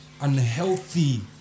unhealthy